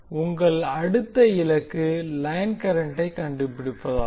உங்கள் அடுத்த இலக்கு லைன் கரண்டை கண்டுபிடிப்பதாகும்